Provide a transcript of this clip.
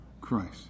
Christ